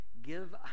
Give